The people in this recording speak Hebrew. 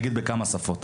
אני אגיד בכמה שפות.